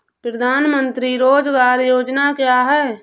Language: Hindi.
प्रधानमंत्री रोज़गार योजना क्या है?